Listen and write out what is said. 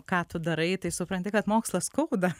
ką tu darai tai supranti kad mokslas skauda